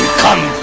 come